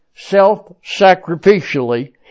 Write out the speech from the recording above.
self-sacrificially